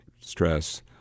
stress